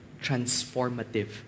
transformative